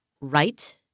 right